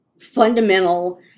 fundamental